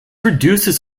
reduces